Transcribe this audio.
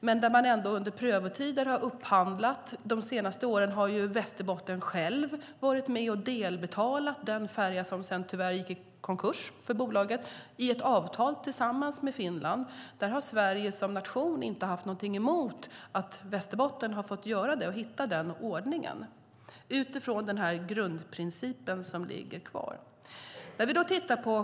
Man har ändå upphandlat under prövotiden - de senaste åren har Västerbotten självt varit med och delbetalat den färja som sedan tyvärr gick i konkurs för bolaget i ett avtal tillsammans med Finland. Sverige som nation har inte haft någonting emot att Västerbotten har fått göra detta och hitta den ordningen - utifrån grundprincipen, som ligger kvar.